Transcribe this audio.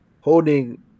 holding